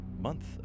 month